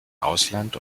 ausland